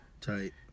Tight